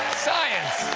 science!